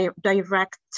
direct